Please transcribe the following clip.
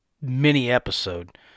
mini-episode